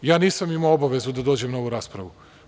Ja nisam imao obavezu da dođem na ovu raspravu.